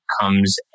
comes